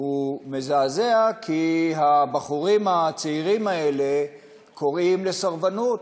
הוא מזעזע כי הבחורים הצעירים האלה קוראים לסרבנות.